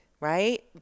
right